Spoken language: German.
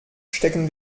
stecken